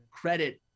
credit